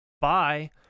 Bye